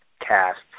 cast